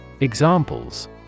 Examples